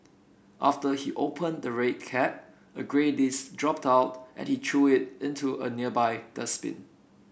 after he opened the red cap a grey disc dropped out and he threw it into a nearby dustbin